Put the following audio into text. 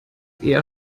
eher